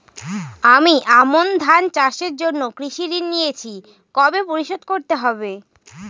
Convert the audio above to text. আমি আমন ধান চাষের জন্য কৃষি ঋণ নিয়েছি কবে পরিশোধ করতে হবে?